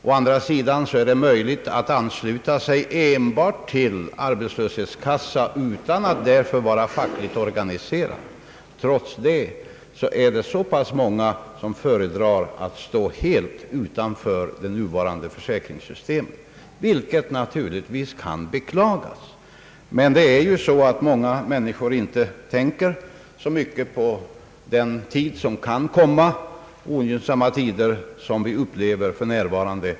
Å andra sidan är det möjligt att ansluta sig enbart till arbetslöshetskassan utan att därför vara fackligt organiserad. Trots detta är det ganska många som föredrar att stå helt utanför det nuvarande försäkringssystemet. Naturligtvis kan detta beklagas, men många människor tänker ju inte så mycket på den tid som kan komma, med ogynnsamma förhållanden och svårigheter sådana som vi upplever för närvarande.